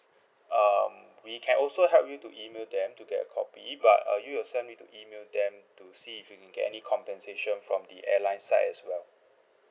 um we can also help you to email them to get a copy but uh you yourself need to email them to see if you can get any compensation from the airline's side as well